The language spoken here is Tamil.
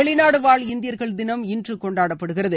வெளிநாடு வாழ் இந்தியர்கள் தினம் இன்று கொண்டாடப்படுகிறது